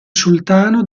sultano